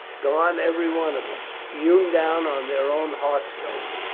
gone every one of them hewn down on their own hearthstones,